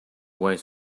wait